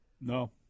No